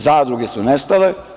Zadruge su nestale.